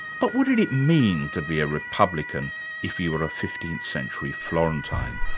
but what did it mean to be a republican if you were a fifteenth century florentine?